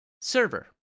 server